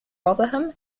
rotherham